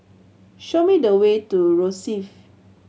show me the way to Rosyth